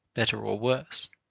better or worse.